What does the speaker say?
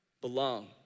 belong